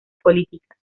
política